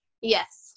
Yes